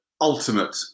ultimate